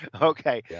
Okay